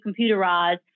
computerized